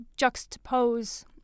juxtapose